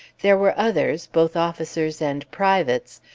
there were others, both officers and privates,